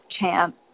chance